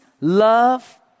love